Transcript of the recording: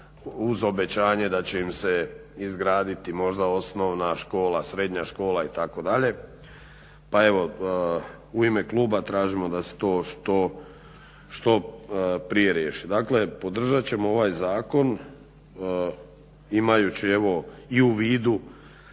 uz obećanje da će im se izgraditi možda osnovna škola, srednja škola itd. Pa evo u ime kluba tražimo da se to što prije riješi. Dakle podržat ćemo ovaj zakon imajući u vidu